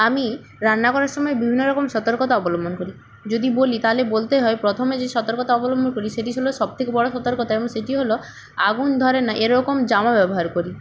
আমি রান্না করার সময় বিভিন্ন রকম সতর্কতা অবলম্বন করি যদি বলি তাহলে বলতে হয় প্রথমে যে সতর্কতা অবলম্বন করি সেটি ছিলো সবথেকে বড়ো সতর্কতা এবং সেটি হলো আগুন ধরে না এরকম জামা ব্যবহার করি